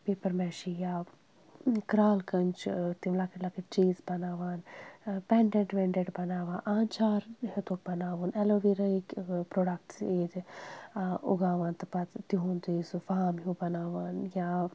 paper میشی یا کرٛال کٲن چھِ تِم لۄکٕٹۍ لۄکٕٹۍ چیٖز بَناوان پیٚنڈِٹ ونڈیڑ بَناوان آنچار ہیوٚتُکھ بَناوُن ایٚلوویراہٕکۍ پرٛوڈَکٹٕس ییٚتہِ اُگاوان تہٕ پَتہٕ تِہُنٛد سُہ فام ہیوٗ بَناوان یا